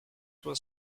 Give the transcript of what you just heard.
was